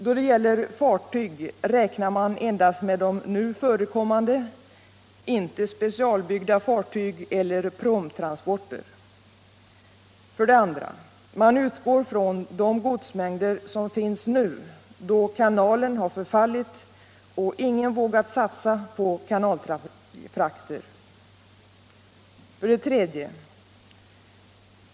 Då det gäller fartyg räknar man endast med de nu förekommande, inte specialbyggda fartyg eller pråmtransporter. 2. Man utgår från de godsmängder som finns nu, då kanalen har förfallit och ingen vågat satsa på kanalfrakter. 3.